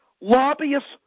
lobbyists